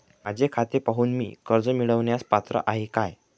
माझे खाते पाहून मी कर्ज मिळवण्यास पात्र आहे काय?